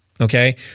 okay